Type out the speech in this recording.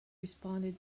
responded